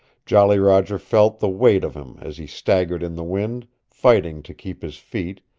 jolly roger felt the weight of him as he staggered in the wind, fighting to keep his feet,